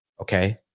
Okay